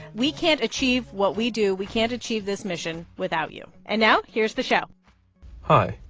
we can't achieve what we do we can't achieve this mission without you. and now here's the show hi,